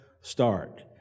start